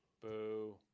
Boo